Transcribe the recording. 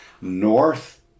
north